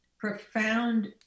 profound